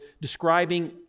describing